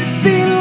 see